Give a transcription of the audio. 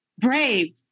brave